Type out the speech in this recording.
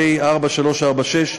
פ/4346/20,